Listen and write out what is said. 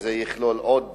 שזה יכלול עוד